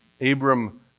Abram